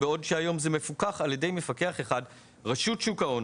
בעוד שהיום זה מפוקח על ידי מפקח אחד; רשות שוק ההון,